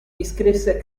iscrisse